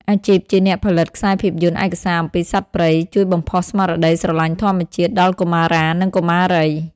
អាជីពជាអ្នកផលិតខ្សែភាពយន្តឯកសារអំពីសត្វព្រៃ ជួយបំផុសស្មារតីស្រឡាញ់ធម្មជាតិដល់កុមារា និងកុមារី។